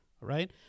right